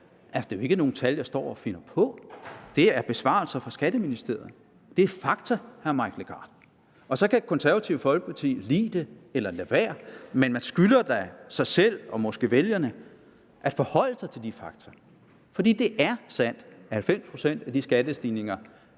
altså ikke nogle tal, jeg står og finder på. Det er besvarelser fra Skatteministeriet. Det er fakta, vil jeg sige til hr. Mike Legarth, og så kan Det Konservative Folkeparti lide det eller lade være, men man skylder da sig selv og måske vælgerne at forholde sig til de fakta. For det er sandt, at 90 pct. af de skattestigninger,